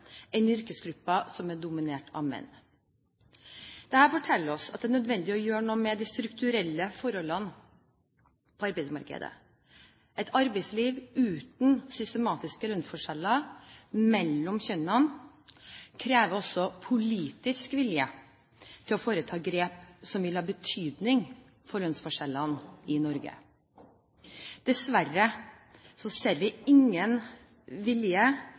enn yrkesgrupper som er dominert av menn. Dette forteller oss at det er nødvendig å gjøre noe med de strukturelle forholdene på arbeidsmarkedet. Et arbeidsliv uten systematiske lønnsforskjeller mellom kjønnene krever også politisk vilje til å foreta grep som vil ha betydning for lønnsforskjellene i Norge. Dessverre ser vi ingen vilje